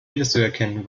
wiederzuerkennen